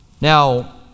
Now